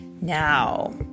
Now